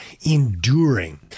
enduring